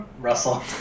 Russell